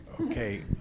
Okay